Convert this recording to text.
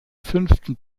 fünften